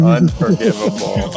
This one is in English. unforgivable